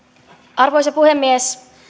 arvoisa puhemies